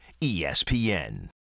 ESPN